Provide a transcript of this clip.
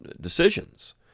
decisions